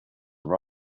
are